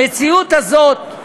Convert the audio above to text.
המציאות הזאת,